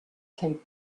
taped